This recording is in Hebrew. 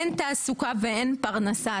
אין תעסוקה ואין פרנסה.